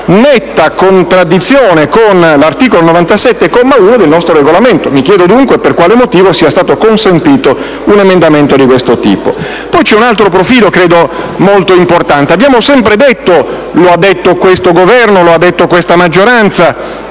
vi è una netta contraddizione con l'articolo 97, comma 1, del nostro Regolamento; mi domando dunque per quale motivo sia stato consentito un emendamento di questo tipo. Poi c'è un altro profilo credo molto importante. Abbiamo sempre detto - lo ha detto questo Governo e questa maggioranza